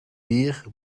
weer